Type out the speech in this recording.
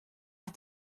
auf